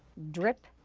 drip,